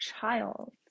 child